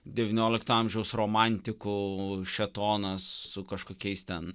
devyniolikto amžiaus romantikų šėtonas su kažkokiais ten